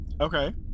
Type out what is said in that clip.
Okay